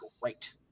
great